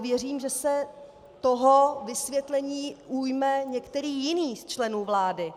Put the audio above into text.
Věřím, že se toho vysvětlení ujme některý jiný z členů vlády.